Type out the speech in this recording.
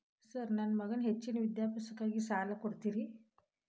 Sir ನನ್ನ ಮಗನ ಹೆಚ್ಚಿನ ವಿದ್ಯಾಭ್ಯಾಸಕ್ಕಾಗಿ ಸಾಲ ಕೊಡ್ತಿರಿ?